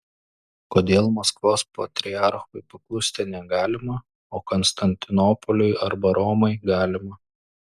kodėl maskvos patriarchui paklusti negalima o konstantinopoliui arba romai galima